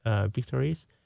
victories